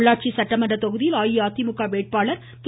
பொள்ளாச்சி சட்டமன்ற தொகுதியில் அஇஅதிமுக வேட்பாளர் திரு